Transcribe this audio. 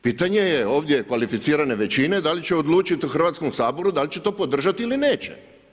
Pitanje je ovdje kvalificirane većine da li će odlučiti u Hrvatskom saboru da li će to podržati ili neće.